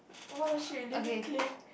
oh-my-god shit